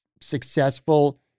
successful